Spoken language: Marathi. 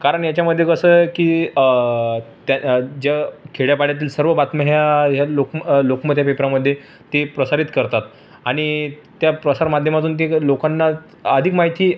कारण याच्यामध्ये कसं आहे की त्या ज्या खेड्यापाड्यातील सर्व बातम्या ह्या या लोक लोकमत या पेपरामधे ते प्रसारित करतात आणि त्या प्रसारमाध्यमातून ते लोकांना अधिक माहिती